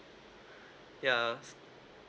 ya